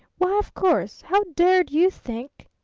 why, of course! how dared you think